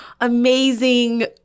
amazing